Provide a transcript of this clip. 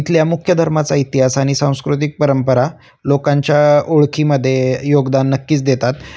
इथल्या मुख्य धर्माचा इतिहास आणि सांस्कृतिक परंपरा लोकांच्या ओळखीमध्ये योगदान नक्कीच देतात